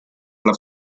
alla